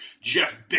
Jeff